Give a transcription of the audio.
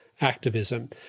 activism